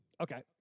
Okay